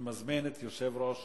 אני מזמין את יושב-ראש